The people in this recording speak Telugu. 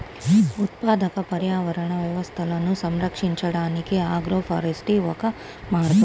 ఉత్పాదక పర్యావరణ వ్యవస్థలను సంరక్షించడానికి ఆగ్రోఫారెస్ట్రీ ఒక మార్గం